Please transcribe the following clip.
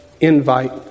invite